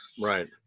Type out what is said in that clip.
Right